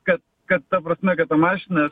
kad kad ta prasme kad ta mašina